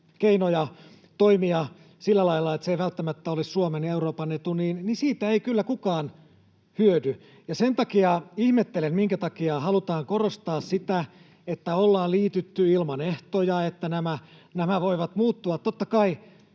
keinoja toimia sillä lailla, että se ei välttämättä olisi Suomen ja Euroopan etu, niin siitä ei kyllä kukaan hyödy. Sen takia ihmettelen, minkä takia halutaan korostaa sitä, että ollaan liitytty ilman ehtoja ja että nämä voivat muuttua. Totta kai,